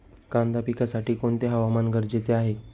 कांदा पिकासाठी कोणते हवामान गरजेचे आहे?